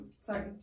sorry